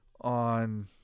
on